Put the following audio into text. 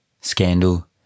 scandal